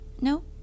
No